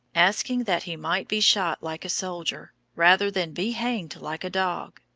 asking that he might be shot like a soldier, rather than be hanged like a dog.